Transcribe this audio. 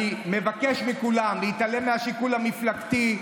אני מבקש מכולם להתעלם מהשיקול המפלגתי.